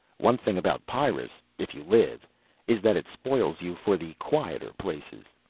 one thing about pyrrus if you live is that it spoils you for the quieter places.